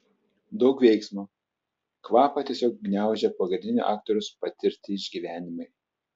daug veiksmo kvapą tiesiog gniaužia pagrindinio aktoriaus patirti išgyvenimai